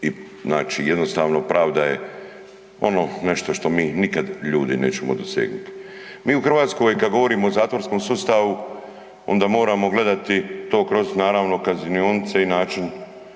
jednostavno, pravda je ono nešto što mi nikad ljudi nećemo dosegnuti. Mi u Hrvatskoj, kad govorimo o zatvorskom sustavu, onda moramo gledati to kroz, naravno, kaznionice i način